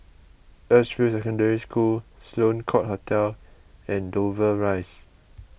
Edgefield Secondary School Sloane Court Hotel and Dover Rise